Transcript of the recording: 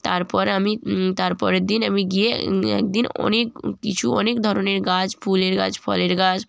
তারপর আমি তারপরের দিন আমি গিয়ে একদিন অনেক কিছু অনেক ধরনের গাছ ফুলের গাছ ফলের গাছ